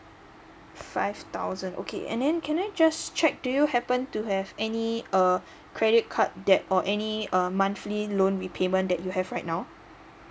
five thousand okay and then can I just check do you happen to have any uh credit card debt or any uh monthly loan repayment that you have right now